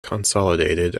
consolidated